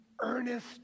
earnest